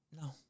no